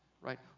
right